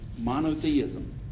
Monotheism